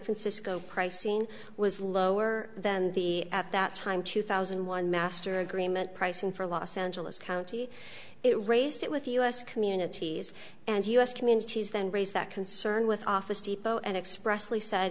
francisco pricing was lower than the at that time two thousand and one master agreement pricing for los angeles county it raised it with us communities and us communities then raise that concern with office depot and expressly said